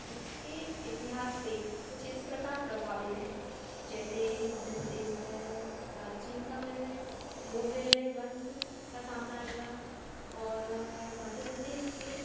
इसके इतिहास से कुछ इस प्रकार प्रभावित हैं जैसे मध्य प्रदेश पर प्राचीन समय में मौर्य वंश का साम्राज्य रहा और मध्य प्रदेश के